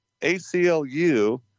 ACLU